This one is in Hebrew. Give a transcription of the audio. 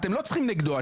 אתם לא צריכים לגדוע,